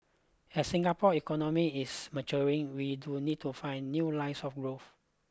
as Singapore economy is maturing we do need to find new lines of growth